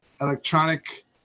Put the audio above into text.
electronic